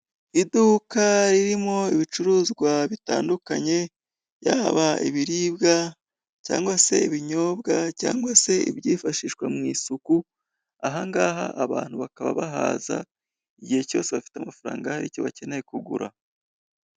Iduka ririmo ibicuruzwa bitandukanye, yaba ibiribwa cyangwa se ibinyobwa cyangwa se ibyifashishwa mu isuku, aha ngaha abantu bakaba bahaza igihe cyose bafite amafaranga hari icyo bakeneye kugura.